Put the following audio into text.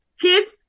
Kids